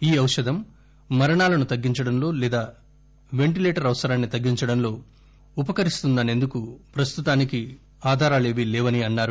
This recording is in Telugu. ఈ ఔషధం మరణాలను తగ్గించడంలో లేదా పెంటిలేటర్ అవసరాన్ని తగ్గించడంలో ఉపకరిస్తుందనేందుకు ప్రస్తుతానికి ఆధారాలు ఏవీ లేవని అన్నారు